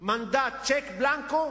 מנדט, צ'ק בלנקו,